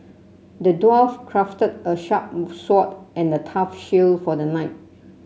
the dwarf crafted a sharp sword and a tough shield for the knight